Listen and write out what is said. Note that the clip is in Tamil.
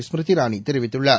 ஸ்மிருதி இரானி தெரிவித்துள்ளார்